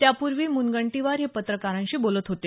त्यापुर्वी मुनगंटीवार हे पत्रकारांशी बोलत होते